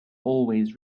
always